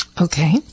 Okay